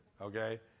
Okay